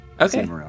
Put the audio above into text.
Okay